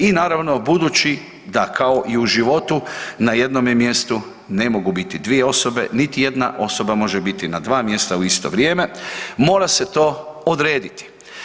I naravno budući da kao i u životu na jednom mjestu ne mogu biti dvije osobe niti jedna osoba može biti na dva mjesta u isto vrijeme, mora se to odrediti.